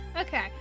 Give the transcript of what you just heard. Okay